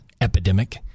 epidemic